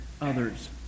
others